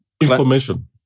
Information